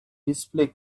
display